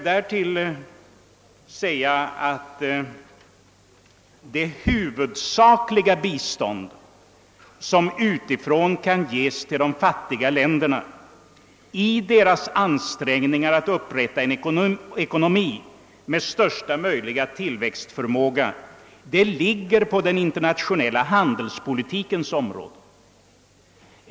Det huvudsakliga bistånd som utifrån kan ges de fattiga länderna i deras ansträngningar att upprätta en ekonomi med största möjliga tillväxtförmåga ligger på den in ternationella handelspolitikens område.